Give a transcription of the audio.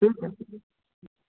ठीक है